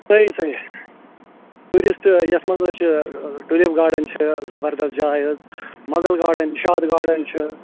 صحی صحی ٹوٗرِسٹہٕ یتھ منٛز حظ چھِ ٹُلِپ گارڈَن حظ چھِ زبردَس جاے حظ مَغل گارڑَن نِشاط گارڈَن چھِ